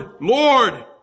Lord